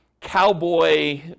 cowboy